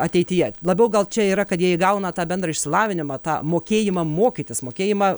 ateityje labiau gal čia yra kad jie įgauna tą bendrą išsilavinimą tą mokėjimą mokytis mokėjimą